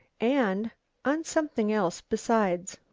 and on something else besides.